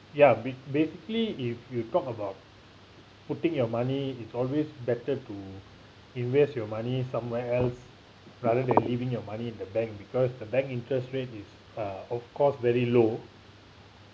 ya basically if you talk about putting your money it's always better to invest your money somewhere else rather than leaving your money in the bank because the bank interest rate is uh of course very low